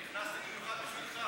אני נכנסתי במיוחד בשבילך.